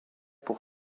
pour